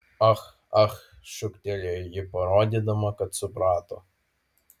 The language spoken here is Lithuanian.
ah ah šūktelėjo ji parodydama kad suprato